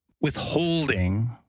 withholding